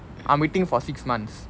I'm waiting for six months